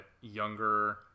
younger